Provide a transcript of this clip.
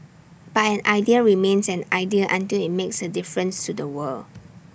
but an idea remains an idea until IT makes A difference to the world